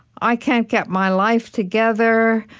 i can't get my life together.